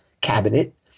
cabinet